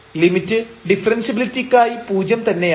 limit ഡിഫറെൻഷ്യബിലിറ്റിക്കായി പൂജ്യം തന്നെയാവണം